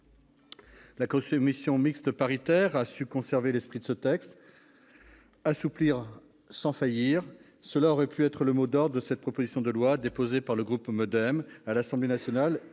La commission mixte paritaire a su conserver l'esprit de ce texte. Assouplir sans faillir : cela aurait pu être le mot d'ordre de cette proposition de loi, déposée par le groupe du Mouvement Démocrate et apparentés à l'Assemblée nationale,